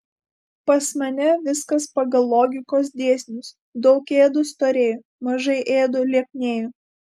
pas mane viskas pagal logikos dėsnius daug ėdu storėju mažai ėdu lieknėju